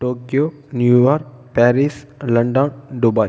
Tokyo New York Paris London Dubai